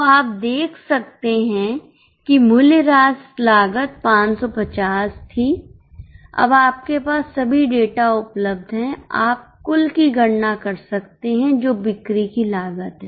तो आप देख सकते हैं कि मूल्य ह्रास लागत 550 थी अब आपके पास सभी डेटा उपलब्ध हैं आप कुल की गणना कर सकते हैं जो बिक्री की लागत है